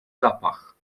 zapach